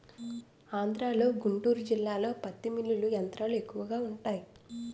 ఆంధ్రలో గుంటూరు జిల్లాలో పత్తి మిల్లులు యంత్రాలు ఎక్కువగా వుంటాయి